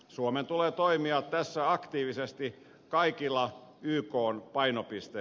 suomen tulee toimia tässä aktiivisesti kaikilla ykn painopistealueilla